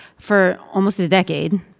for almost a decade.